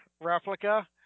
replica